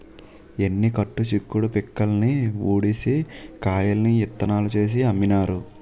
ఎన్ని కట్టు చిక్కుడు పిక్కల్ని ఉడిసి కాయల్ని ఇత్తనాలు చేసి అమ్మినారు